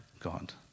God